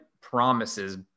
promises